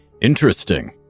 Interesting